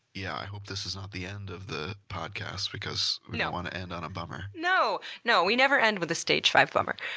yeah, i hope this is not the end of the podcast because we don't want to end on a bummer. no, we never end with a stage five bummer.